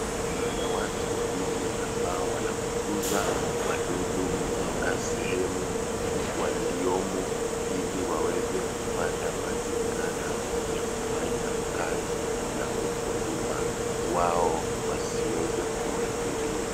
Mna watu wawili ambao wanafukuza wadudu kutoka sehemu waliomo iliwaweze kupata mazingira ya kufanya kazi na ukulima wao wasiweze kuadhiriwa.